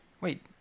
Wait